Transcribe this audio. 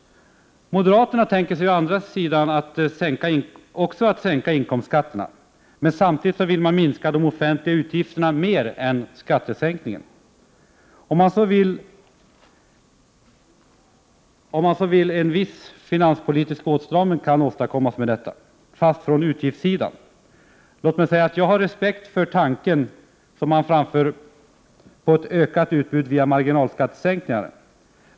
Moderaterna tänker sig också att sänka inkomstskatterna. Men samtidigt vill man minska de offentliga utgifterna mer än vad som motsvarar skattesänkningen. En viss finanspolitisk åtstramning kan därigenom åstadkommas, fast från utgiftssidan. Låt mig säga att jag har respekt för den framförda tanken på ökat utbud via marginalskattesänkningar.